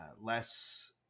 less